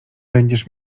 będziesz